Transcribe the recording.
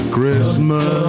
Christmas